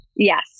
Yes